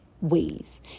ways